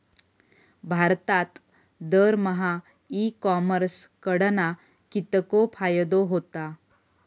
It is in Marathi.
भारतात दरमहा ई कॉमर्स कडणा कितको फायदो होता?